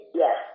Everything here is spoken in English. yes